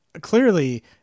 clearly